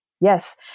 Yes